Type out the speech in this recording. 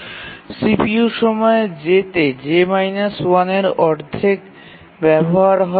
CPU সময় j তে j−1 এর অর্ধেক ব্যবহার হয়